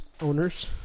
owners